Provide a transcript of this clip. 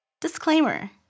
Disclaimer